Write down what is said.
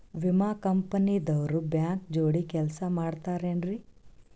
ವಿಮಾ ಕಂಪನಿ ದವ್ರು ಬ್ಯಾಂಕ ಜೋಡಿ ಕೆಲ್ಸ ಮಾಡತಾರೆನ್ರಿ?